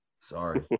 Sorry